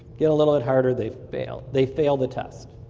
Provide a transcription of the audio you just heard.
you know a little harder, they fail, they fail the test.